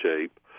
shape